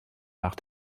nach